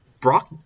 Brock